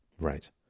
Right